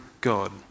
God